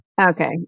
Okay